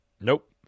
nope